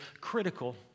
critical